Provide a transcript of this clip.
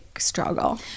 struggle